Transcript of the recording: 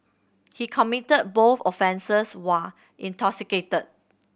he committed both offences while intoxicated